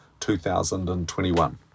2021